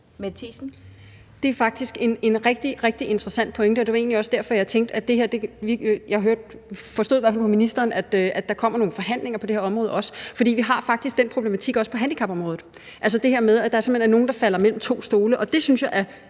Det er faktisk en rigtig, rigtig interessant pointe. Jeg hørte ministeren sige – det var i hvert fald sådan, jeg forstod det – at der også kommer nogle forhandlinger på det her område, for vi har faktisk den problematik også på handicapområdet med, at der simpelt hen er nogle, der falder mellem to stole, og det synes jeg er